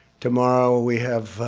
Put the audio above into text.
tomorrow, we have